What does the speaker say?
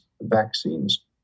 vaccines